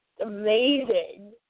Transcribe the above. amazing